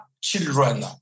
children